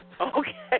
Okay